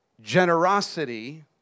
generosity